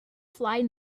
fly